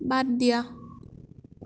বাদ দিয়া